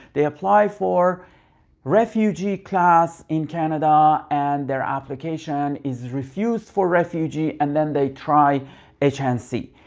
they apply for refugee class in canada and their application is refused for refugee and then they try h and c.